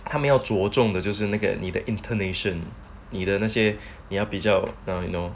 他们要着重的就是那个你的 intonation 你的那些要比较的 you know